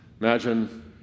Imagine